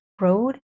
road